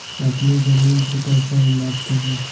अपनी जमीन को कैसे नापते हैं?